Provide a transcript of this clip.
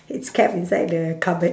it's kept inside the cupboard